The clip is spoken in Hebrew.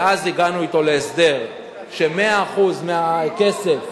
ואז הגענו אתו להסדר ש-100% הכסף